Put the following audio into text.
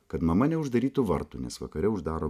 kad mama neuždarytų vartų nes vakare uždaro